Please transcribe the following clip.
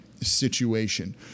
situation